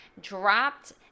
dropped